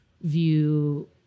view